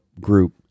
Group